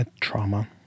trauma